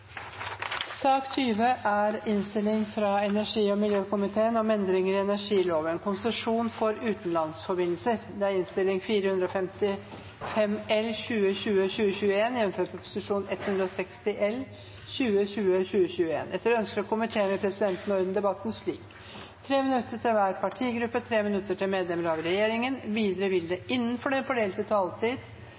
sak nr. 20. Etter ønske fra energi- og miljøkomiteen vil presidenten ordne debatten slik: 3 minutter til hver partigruppe og 3 minutter til medlemmer av regjeringen. Videre vil det – innenfor den fordelte taletid